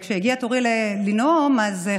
עוד תקציבים, עוד סידור עבודה